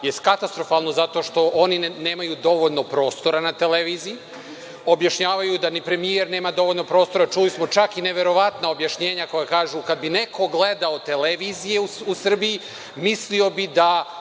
je katastrofalno zato što oni nemaju dovoljno prostora na televiziji. Objašnjavaju da ni premijer nema dovoljno prostora, a čuli smo čak i neverovatna objašnjenja koja kažu – kad bi neko gledao televiziju u Srbiji, mislio bi da